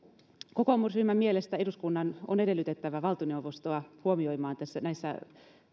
kokoomusryhmän mielestä eduskunnan on edellytettävä valtioneuvostoa huomioimaan näissä